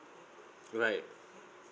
right